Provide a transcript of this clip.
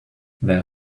their